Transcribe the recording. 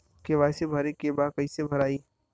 KYC भरे के बा कइसे भराई?